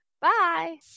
bye